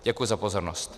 Děkuji za pozornost.